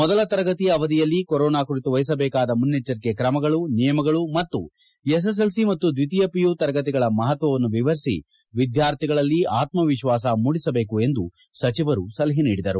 ಮೊದಲ ತರಗತಿ ಅವಧಿಯಲ್ಲಿ ಕೊರೋನಾ ಕುರಿತು ವಹಿಸಬೇಕಾದ ಮುನ್ನೆಚ್ಚರಿಕೆ ಕ್ರಮಗಳು ನಿಯಮಗಳು ಮತ್ತು ಎಸ್ಎಸ್ಎಲ್ಸಿ ಮತ್ತು ದ್ವಿತೀಯ ಪಿಯು ತರಗತಿಗಳ ಮಹತ್ವವನ್ನು ವಿವರಿಸಿ ವಿದ್ಕಾರ್ಥಿಗಳಲ್ಲಿ ಆತ್ಮವಿಶ್ವಾಸ ಮೂಡಿಸಬೇಕು ಎಂದು ಸಚಿವರು ಸಲಹೆ ನೀಡಿದರು